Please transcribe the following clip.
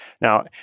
Now